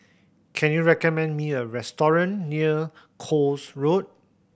can you recommend me a restaurant near Koek Road